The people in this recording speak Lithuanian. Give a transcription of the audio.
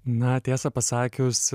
na tiesą pasakius